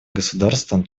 государствам